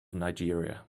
nigeria